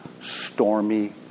stormy